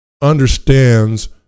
understands